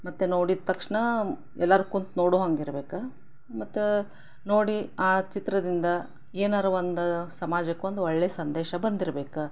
ಮತ್ತು ನೋಡಿದ ತಕ್ಷಣ ಎಲ್ಲರೂ ಕುಂತು ನೋಡೋ ಹಾಗ್ ಇರ್ಬೇಕು ಮತ್ತು ನೋಡಿ ಆ ಚಿತ್ರದಿಂದ ಏನಾದ್ರೂ ಒಂದು ಸಮಾಜಕ್ಕೊಂದು ಒಳ್ಳೆಯ ಸಂದೇಶ ಬಂದಿರ್ಬೇಕು